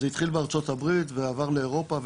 זה התחיל בארצות הברית ועבר לאירופה,